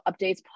updates